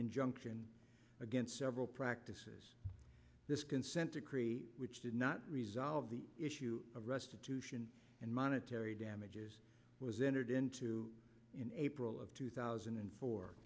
injunction against several practices this consent decree which did not resolve the issue of restitution and monetary damages was entered into in april of two thousand and fo